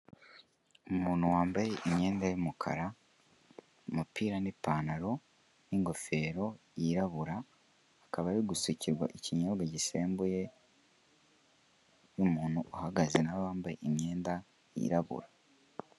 Umuntu wambaye imyenda y'umukara, umupira n'ipantaro n'ingofero yirabura akaba arigusukirwa kukinyobwa gisembuye n'umuntu uhagaze nawe wambaye imyenda yirabura.